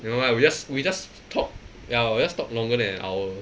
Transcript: I know lah we just we just talk ya we just talk longer than an hour